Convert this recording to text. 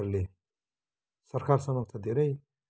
हरूले सरकार समक्ष धेरै